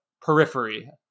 periphery